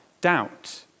doubt